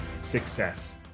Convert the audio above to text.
success